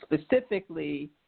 specifically